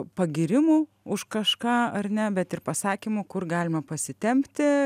pagyrimų už kažką ar ne bet ir pasakymų kur galima pasitempti